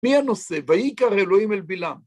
מי הנושא? ועיקר אלוהים אל בילעם.